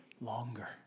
longer